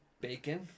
Bacon